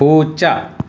പൂച്ച